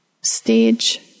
stage